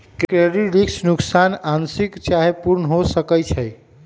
credit risk नोकसान आंशिक चाहे पूर्ण हो सकइ छै